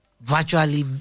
virtually